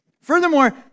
Furthermore